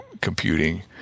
computing